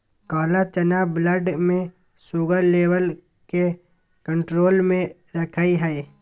काला चना ब्लड में शुगर लेवल के कंट्रोल में रखैय हइ